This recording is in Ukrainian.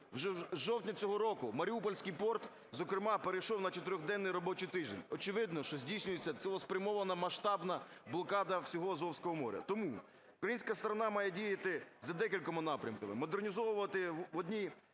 З жовтня цього року Маріупольський порт, зокрема, перейшов на чотириденний робочий тиждень. Очевидно, що здійснюється цілеспрямована масштабна блокада всього Азовського моря. Тому Українська сторона має діяти за декількома напрямками. Модернізовувати водні